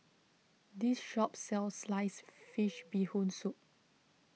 this shop sells Sliced Fish Bee Hoon Soup